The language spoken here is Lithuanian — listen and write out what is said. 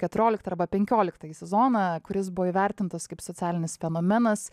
keturioliktą arba penkioliktąjį sezoną kuris buvo įvertintas kaip socialinis fenomenas